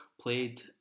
played